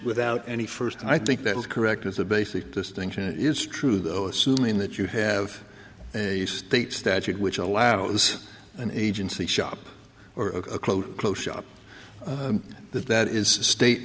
without any first i think that is correct as a basic distinction is true though assuming that you have a state statute which allows an agency shop or a quote close shop that that is a state